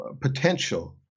potential